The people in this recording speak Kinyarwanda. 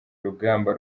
urugamba